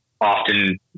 often